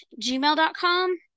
gmail.com